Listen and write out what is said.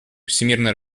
всемирной